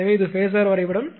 எனவே இது ஃபேஸர் வரைபடம்